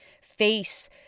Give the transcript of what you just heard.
face